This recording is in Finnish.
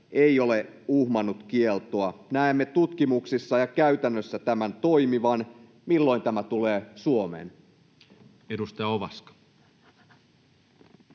ei ole uhmannut kieltoa. Näemme tutkimuksissa ja käytännössä tämän toimivan. Milloin tämä tulee Suomeen? [Speech 454]